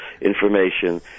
information